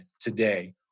today